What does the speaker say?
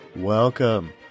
Welcome